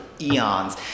eons